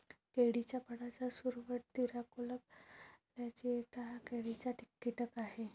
केळीच्या फळाचा सुरवंट, तिराकोला प्लॅजिएटा हा केळीचा कीटक आहे